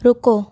रुको